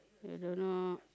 I don't know